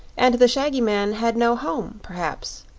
and the shaggy man had no home, perhaps,